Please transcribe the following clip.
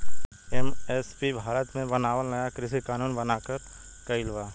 MSP Bharat मे बनावल नाया कृषि कानून बनाकर गइल बा